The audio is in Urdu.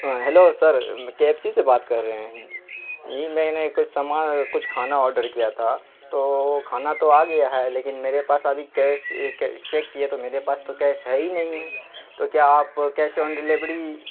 ہاں hello sir K F C سے بات کر رہے ہیں نہیں میں نے کچھ سامان کچھ کھانا آڈر کیا تھا تو وہ کھانا تو آگیا ہے لیکن میرے ابھی کیش چیک کیا تو میرے پاس تو کیش ہے ہی نہیں ہے تو کیا آپ کیش آن ڈلیوری